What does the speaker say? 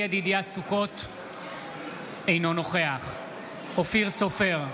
אינו נוכח אופיר סופר,